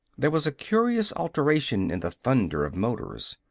there was a curious alteration in the thunder of motors.